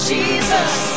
Jesus